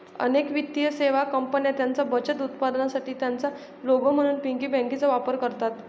अनेक वित्तीय सेवा कंपन्या त्यांच्या बचत उत्पादनांसाठी त्यांचा लोगो म्हणून पिगी बँकांचा वापर करतात